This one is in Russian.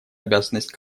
обязанность